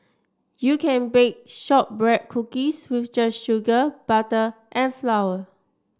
you can bake shortbread cookies with just sugar butter and flour